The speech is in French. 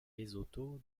lesotho